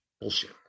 bullshit